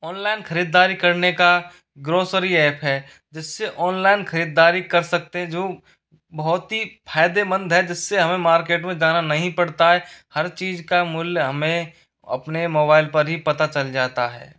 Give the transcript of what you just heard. online खरीदारी करने का ग्रोसरी ऐप है जिससे ऑनलाइन खरीदारी कर सकते हैं जो बहुत ही फायदेमंद है जिससे हमें मार्केट में जाना नहीं पड़ता है हर चीज का मूल्य हमें अपने मोबाइल पर ही पता चल जाता है